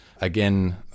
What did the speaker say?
Again